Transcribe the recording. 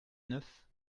neuf